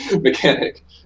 mechanic